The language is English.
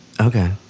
Okay